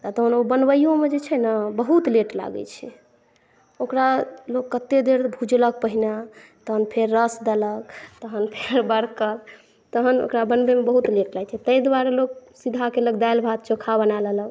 आ तहन ओ बनबैयोमे जे छै ने बहुत लेट लागै छै ओकरा लोक कते देर भुजलक पहिने तहन फेर रस देलक तहन फेर बरकल तहन ओकरा बनबैमे बहुत लेट लागै छै ताहि दुआरे लोक सीधा केलक दालि भात चोखा बनाए लेलक